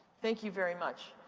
thank you very much.